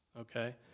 okay